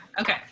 Okay